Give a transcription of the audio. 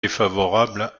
défavorable